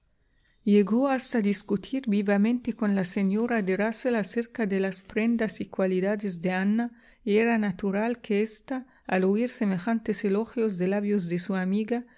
llegó hasta discutir vivamente con la señora de rusell acerca de las prendas y cualidades de ana y era natural que ésta al oír semejantes elogios de labios de su amiga